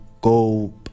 go